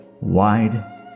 wide